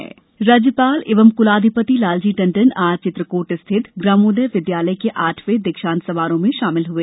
राज्यपाल राज्यपाल एवं कुलाधिपति लालजी टंडन आज चित्रकूट स्थित ग्रामोदय विद्यालय के आठवें दीक्षांत समारोह में शामिल हुए